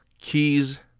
Keys